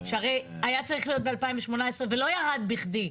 שהרי היה צריך להיות ב-2018 ולא ירד בכדי.